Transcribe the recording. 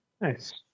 nice